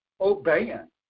obeying